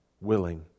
willing